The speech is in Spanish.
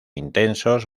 intensos